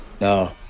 No